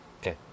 Okay